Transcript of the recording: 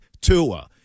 Tua